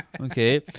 okay